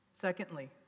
Secondly